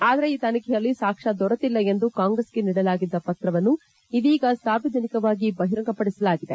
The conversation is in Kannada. ಆದರೆ ಈ ತನಿಖೆಯಲ್ಲಿ ಸಾಕ್ಷ್ಮ ದೊರೆತಿಲ್ಲ ಎಂದು ಕಾಂಗ್ರೆಸ್ಗೆ ನೀಡಲಾಗಿದ್ದ ಪತ್ರವನ್ನು ಇದೀಗ ಸಾರ್ವಜನಿಕವಾಗಿ ಬಹಿರಂಗಪಡಿಸಲಾಗಿದೆ